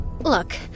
Look